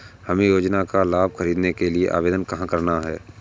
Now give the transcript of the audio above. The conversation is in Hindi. हमें योजना का लाभ ख़रीदने के लिए आवेदन कहाँ करना है?